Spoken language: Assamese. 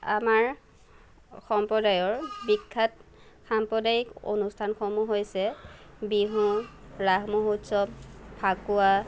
আমাৰ সম্প্ৰদায়ৰ বিখ্যাত সাম্প্ৰদায়িক অনুষ্ঠানসমূহ হৈছে বিহু ৰাস মহোৎসৱ ফাঁকুৱা